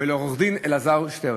ולעורך-דין אלעזר שטרן.